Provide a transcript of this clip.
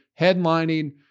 headlining